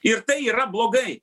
ir tai yra blogai